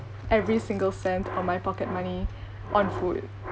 every single cent on my pocket money on food